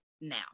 now